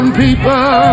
people